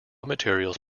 materials